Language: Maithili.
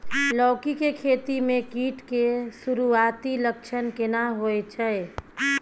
लौकी के खेती मे कीट के सुरूआती लक्षण केना होय छै?